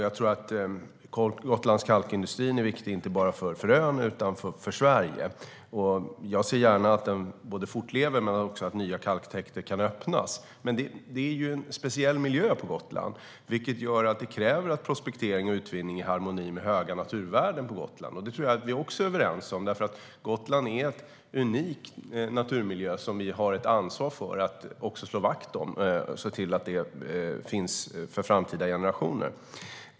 Gotlands kalkindustri är viktig inte bara för ön utan också för Sverige, och jag ser gärna både att den fortlever och att nya kalktäkter kan öppnas. Men det är en speciell miljö på Gotland, vilket kräver en prospektering och en utvinning i harmoni med de höga naturvärdena där. Det tror jag att vi också är överens om, för Gotland är en unik naturmiljö som vi har ett ansvar för att slå vakt om och se till att den finns för framtida generationer.